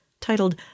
titled